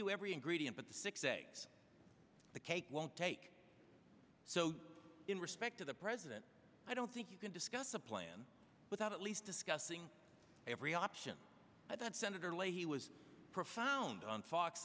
you every ingredient but the six say the cake won't take so in respect to the president i don't think you can discuss a plan without at least discussing every option that senator leahy was profound on fox